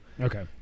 Okay